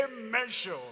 measure